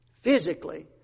physically